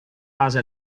base